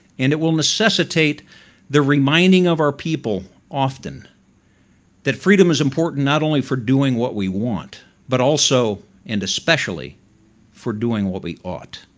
and it will necessitate the reminding of our people often that freedom is important not only for doing what we want but also and especially for doing what we ought.